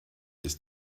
ist